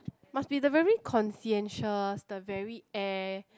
must be the very conscientious the very air